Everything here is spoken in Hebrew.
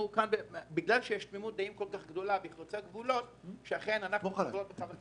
בגלל תמימות דעים כל כך גדולה וחוצה גבולות אנחנו אחריכם.